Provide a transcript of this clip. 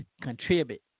contribute